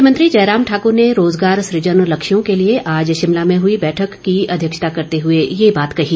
मुख्यमंत्री जयराम ठाकर ने रोजगार सुजन लक्ष्यों के लिए आज शिमला में हुई बैठक की अध्यक्षता करते हुए ये बात कही